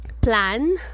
plan